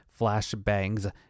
flashbangs